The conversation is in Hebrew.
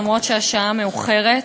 אף-על-פי שהשעה מאוחרת,